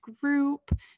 group